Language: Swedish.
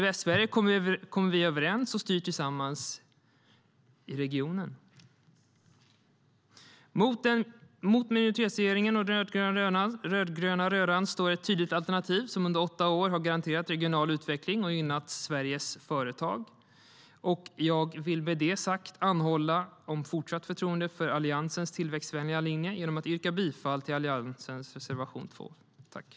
I Västsverige kommer vi överens och styr tillsammans i regionen. Jag vill med detta sagt anhålla om fortsatt förtroende för Alliansens tillväxtvänliga linje genom att yrka bifall till Alliansens reservation 2.